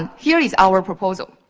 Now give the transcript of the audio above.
and here is our proposal.